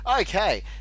Okay